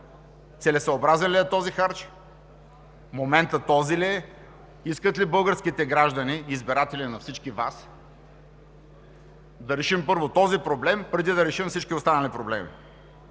целесъобразен ли е този харч, в момента този ли е, искат ли българските граждани, избиратели на всички Вас, да решим първо този проблем преди да решим всички останали проблеми.